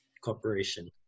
Corporation